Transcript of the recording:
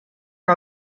her